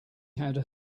had